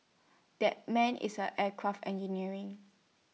that man is an aircraft engineering